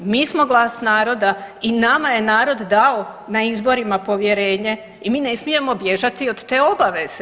Mi smo glas naroda i nama je narod dao na izborima povjerenje i mi ne smijemo bježati od te obaveze.